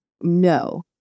no